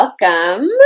Welcome